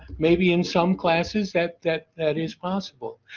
maybe in some classes that that that is possible.